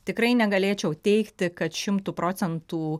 tikrai negalėčiau teigti kad šimtu procentų